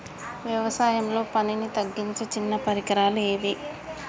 వ్యవసాయంలో పనిని తగ్గించే చిన్న పరికరాలు ఏవి?